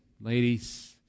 ladies